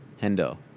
Hendo